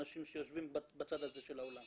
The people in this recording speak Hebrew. האנשים שיושבים בצד הזה של העולם.